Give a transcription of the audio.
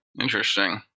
Interesting